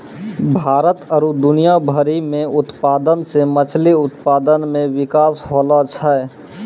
भारत आरु दुनिया भरि मे उत्पादन से मछली उत्पादन मे बिकास होलो छै